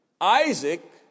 Isaac